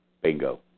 Bingo